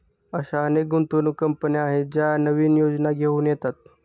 अशा अनेक गुंतवणूक कंपन्या आहेत ज्या नवीन योजना घेऊन येतात